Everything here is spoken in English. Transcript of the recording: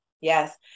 Yes